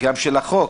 וגם של החוק,